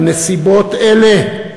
אבל נסיבות אלה,